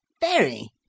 Very